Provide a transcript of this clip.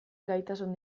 gaitasun